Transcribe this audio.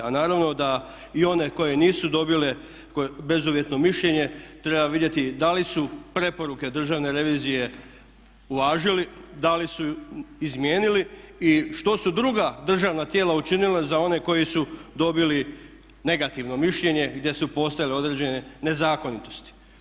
A naravno da i one koje nisu dobile bezuvjetno mišljenje treba vidjeti da li su preporuke državne revizije uvažili, da li su izmijenili i što su druga državna tijela učinile za one koji su dobili negativno mišljenje gdje su postojale određene nezakonitosti.